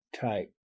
type